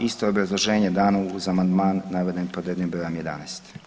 Isto je obrazloženje dano uz amandman naveden pod rednim br. 11.